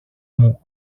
μου